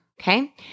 Okay